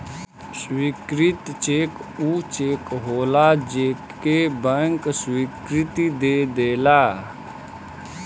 स्वीकृत चेक ऊ चेक होलाजे के बैंक स्वीकृति दे देला